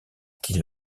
qu’il